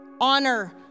honor